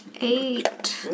Eight